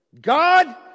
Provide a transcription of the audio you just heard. God